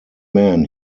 man